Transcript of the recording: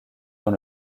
dans